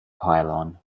pylon